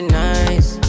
nice